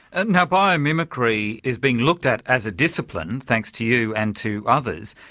ah now biomimicry is being looked at as a discipline, thanks to you and to others,